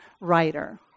writer